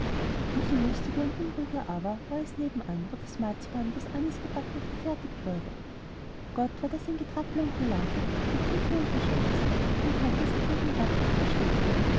so lustiger und unruhiger aber war es nebenan wo das marzipan und das anisgebackne verfertigt wurde gott war das ein getrappel und gelaufe ein gekicher und geschwätz man konnte sein eigen wort nicht verstehen